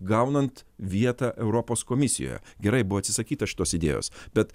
gaunant vietą europos komisijoje gerai buvo atsisakyta šitos idėjos bet